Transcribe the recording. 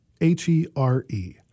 H-E-R-E